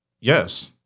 yes